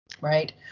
right